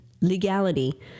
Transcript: legality